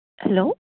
hello